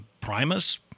Primus